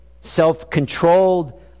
self-controlled